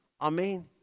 Amen